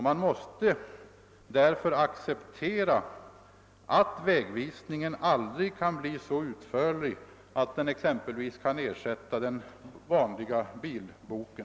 Man måste därför acceptera att vägvisningen aldrig kan bli så utförlig att den exempelvis kan ersätta den vanliga bilboken.